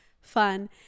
fun